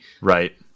Right